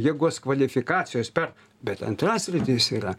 jėgos kvalifikacijos per bet antra sritis yra